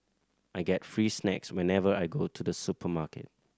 I get free snacks whenever I go to the supermarket